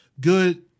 good